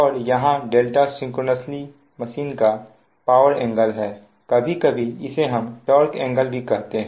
और यहां δ synchronous machine का पावर एंगल है कभी कभी इसे हम टार्क एंगल भी कहते हैं